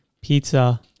pizza